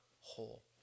whole